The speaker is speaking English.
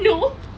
no